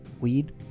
weed